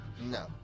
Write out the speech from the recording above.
No